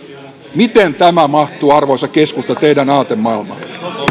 miten tämä mahtuu arvoisa keskusta teidän aatemaailmaanne